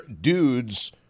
dudes